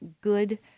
good